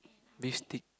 beef steak